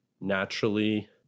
naturally